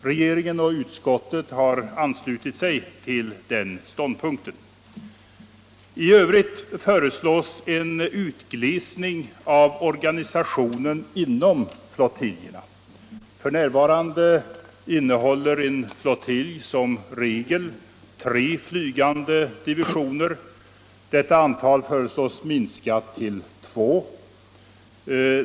Regeringen och utskottet har anslutit sig till den ståndpunkten. I övrigt föreslås en utglesning av organisationen inom flottiljerna. För närvarande innehåller en flottilj som regel tre flygande divisioner. Detta antal föreslås minskat till två.